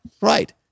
Right